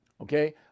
okay